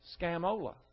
scamola